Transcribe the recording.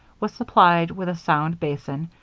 was supplied with a sound basin,